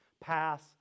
pass